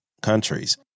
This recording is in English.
countries